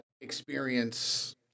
experience